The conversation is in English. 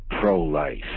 pro-life